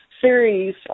series